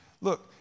Look